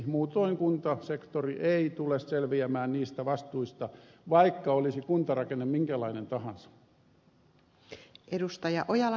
muutoin kuntasektori ei tule selviämään niistä vastuista vaikka kuntarakenne olisi minkälainen tahansa